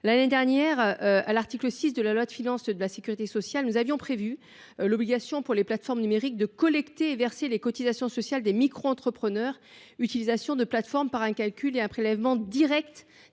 dans notre pays. L’article 6 de la loi de financement de la sécurité sociale pour 2024 a prévu l’obligation pour les plateformes numériques de collecter et de verser les cotisations sociales des microentrepreneurs utilisateurs des plateformes par un calcul et un prélèvement directs